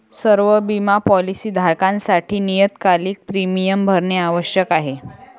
सर्व बिमा पॉलीसी धारकांसाठी नियतकालिक प्रीमियम भरणे आवश्यक आहे